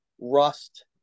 rust